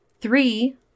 Three